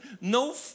no